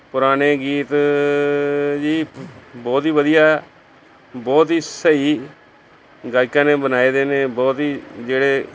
ਪੁਰਾਣੇ ਗੀਤ ਜੀ ਬਹੁਤ ਹੀ ਵਧੀਆ ਬਹੁਤ ਹੀ ਸਹੀ ਗਾਇਕਾਂ ਨੇ ਬਣਾਏ ਦੇ ਨੇ ਬਹੁਤ ਹੀ ਜਿਹੜੇ